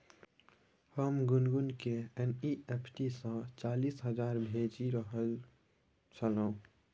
हम गुनगुनकेँ एन.ई.एफ.टी सँ चालीस हजार भेजि रहल छलहुँ